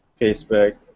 Facebook